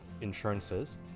insurances